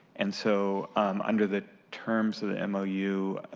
and so um under the terms of the mo you,